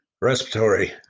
respiratory